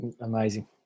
Amazing